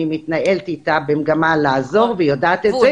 מתנהלת איתה במגמה לעזור והיא יודעת את זה,